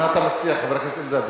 מה אתה מציע, חבר הכנסת אלדד?